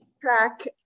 Track